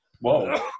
Whoa